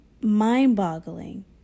mind-boggling